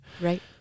Right